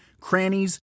crannies